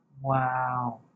Wow